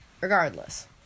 regardless